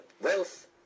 wealth